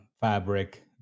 Fabric